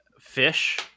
fish